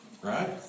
Right